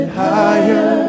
higher